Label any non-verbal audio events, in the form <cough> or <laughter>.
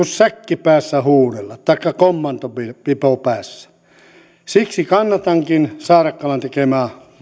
<unintelligible> säkki päässä taikka kommandopipo päässä huudella siksi kannatankin saarakkalan tekemää